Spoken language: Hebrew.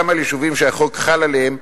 גם על יישובים שהחוק חל עליהם,